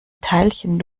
teilchen